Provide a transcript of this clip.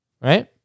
Right